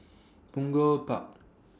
Punggol Park